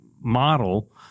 model